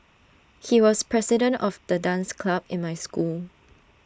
he was president of the dance club in my school